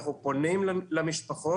אנחנו פונים למשפחות